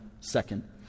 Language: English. second